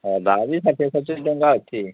ହଁ ଡାଲି ଷାଠିଏ ସତୁରୀ ଟଙ୍କା ଅଛି